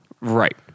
Right